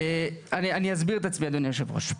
אני אסביר את עצמי אדוני יושב הראש.